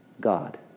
God